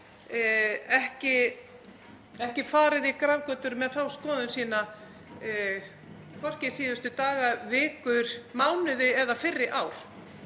ekki farið í grafgötur með þá skoðun sína, hvorki síðustu daga, vikur, mánuði eða fyrri ár,